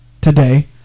today